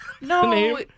No